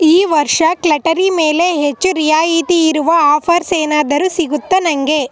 ಈ ವರ್ಷ ಕ್ಲಟರಿ ಮೇಲೆ ಹೆಚ್ಚು ರಿಯಾಯಿತಿಯಿರುವ ಆಫ಼ರ್ಸ್ ಏನಾದರು ಸಿಗುತ್ತಾ ನನಗೆ